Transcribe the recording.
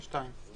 ו-(2).